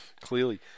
clearly